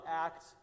act